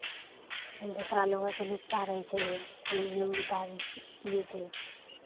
दोसरा लोक होइ छै लुच्चा रहै छै ई ओ दारू पीयै छै